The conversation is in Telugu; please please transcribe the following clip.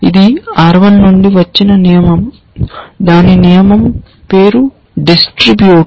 ఇది R 1 నుండి వచ్చిన నియమం దాని నియమం పేరు డిస్ట్రిబ్యూట్